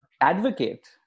advocate